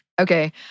Okay